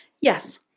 Yes